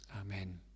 Amen